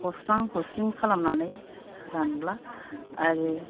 हस्रां हस्रिं खालामनानै रानब्ला आरो